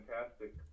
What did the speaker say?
fantastic